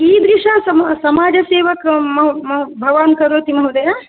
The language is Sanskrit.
कीदृशा समा समाजसेवकं महो भवान् करोति महोदय